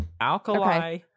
Alkali